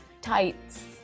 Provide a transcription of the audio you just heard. tights